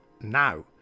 now